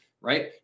right